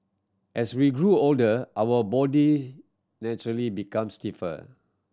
as we grow older our body naturally become stiffer